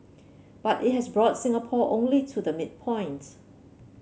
but it has brought Singapore only to the midpoint